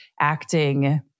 acting